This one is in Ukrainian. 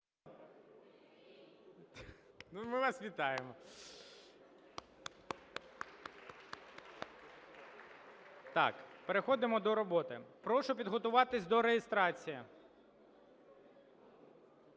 ми вас вітаємо. (Оплески) Переходимо до роботи. Прошу підготуватись до реєстрації.